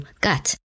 gut